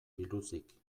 biluzik